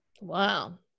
Wow